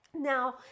now